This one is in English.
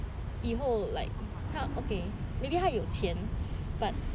以后 like 他 okay maybe 他有钱 but